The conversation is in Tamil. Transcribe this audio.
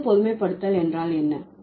ஆறாவது பொதுமைப்படுத்தல் என்றால் என்ன